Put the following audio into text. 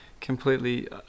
completely